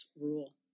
rule